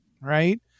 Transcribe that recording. Right